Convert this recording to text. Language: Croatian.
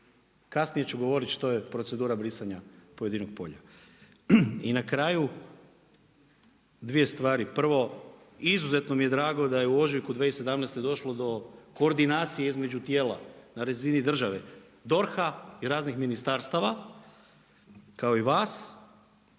Kasnije ću govoriti što je procedura brisanja pojedinog polja. I na kraju, 2 stvari. Prvo, izuzetno mi je drago da je u ožujku 2017. došlo do koordinacije između tijela, na razini države DORH-a i raznih ministarstava, kao i vas.